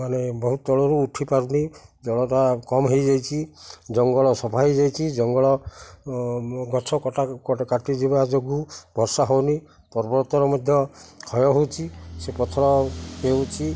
ମାନେ ବହୁତ ତଳରୁ ଉଠିପାରୁନି ଜଳଟା କମ ହେଇଯାଇଛି ଜଙ୍ଗଲ ସଫା ହେଇଯାଇଛି ଜଙ୍ଗଳ ଗଛ କାଟିଯିବା ଯୋଗୁଁ ବର୍ଷା ହେଉନି ପର୍ବତର ମଧ୍ୟ କ୍ଷୟ ହେଉଛି ସେ ପଥର ହେଉଛି